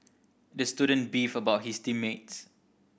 the student beefed about his team mates